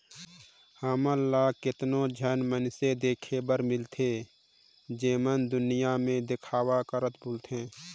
हमन ल केतनो झन मइनसे देखे बर मिलथें जेमन दुनियां में देखावा करत बुलथें